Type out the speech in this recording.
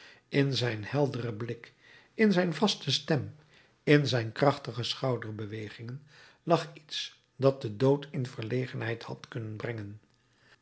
in zijn helderen blik in zijn vaste stem in zijn krachtige schouderbewegingen lag iets dat den dood in verlegenheid had kunnen brengen